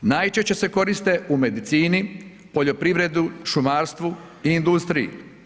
Najčešće se koriste u medicini, poljoprivredi, šumarstvu i industriji.